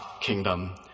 kingdom